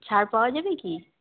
ছাড় পাওয়া যাবে কি